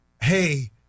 Hey